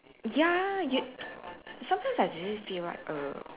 ya you sometimes I really feel like err